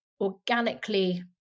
organically